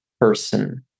person